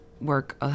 work